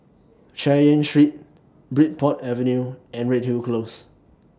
Chay Yan Street Bridport Avenue and Redhill Close